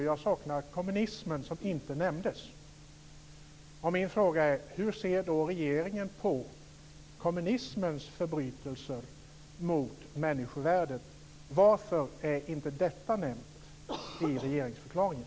Jag saknar kommunismen, som inte nämndes. Mina frågor är: Hur ser regeringen på kommunismens förbrytelser mot människovärdet? Varför är inte detta nämnt i regeringsförklaringen?